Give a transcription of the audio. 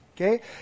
Okay